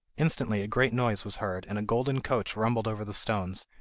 instantly a great noise was heard and a golden coach rumbled over the stones,